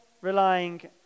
relying